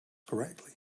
correctly